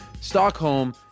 Stockholm